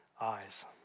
eyes